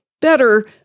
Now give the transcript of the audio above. Better